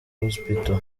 hospital